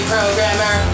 Programmer